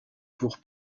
pour